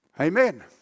Amen